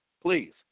please